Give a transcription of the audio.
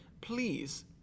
please